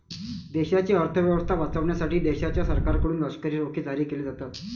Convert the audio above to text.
देशाची अर्थ व्यवस्था वाचवण्यासाठी देशाच्या सरकारकडून लष्करी रोखे जारी केले जातात